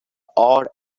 awed